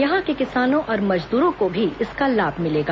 यहां के किसानों और मजदूरों को भी इसका लाभ मिलेगा